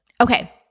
Okay